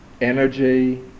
energy